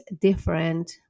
different